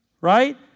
right